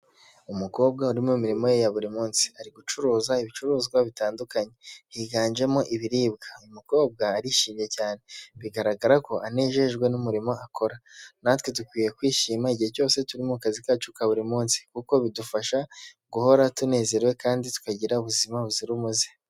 Umukobwa uri mu mirimo ye ya buri munsi, ari gucuruza ibicuruzwa bitandukanye higanjemo ibiribwa, uyu mukobwa arishimye cyane bigaragara ko anejejwe n'umurimo akora, natwe dukwiye kwishima igihe cyose turi mu kazi kacu ka buri munsi kuko bidufasha guhora tunezerewe kandi tukagira ubuzima buzira umuze.